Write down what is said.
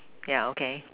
yeah okay